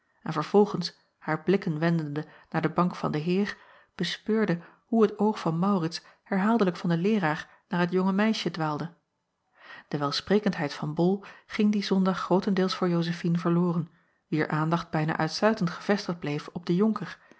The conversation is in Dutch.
en vervolgens haar blikken wendende naar de bank van den eer bespeurde hoe het oog van aurits herhaaldelijk van den leeraar naar het jonge meisje dwaalde e welsprekendheid van ol ging dien ondag grootendeels voor ozefine verloren wier aandacht bijna uitsluitend gevestigd bleef op den onker